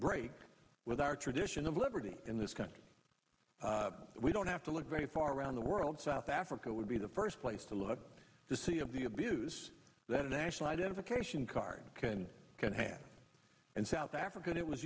break with our tradition of liberty in this country we don't have to look very far around the world south africa would be the first place to look to see of the abuse that a national identification card can can have in south africa it was